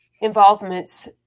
involvements